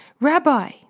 Rabbi